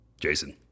Jason